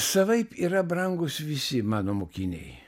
savaip yra brangūs visi mano mokiniai